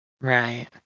Right